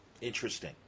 Interesting